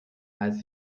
weiß